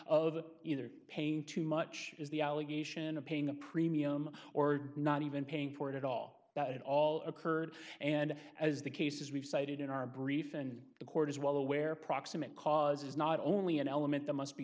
of either paying too much is the allegation of paying a premium or not even paying for it all that it all occurred and as the cases we've cited in our brief and the court is well aware proximate cause is not only an element that must be